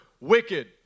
wicked